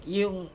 yung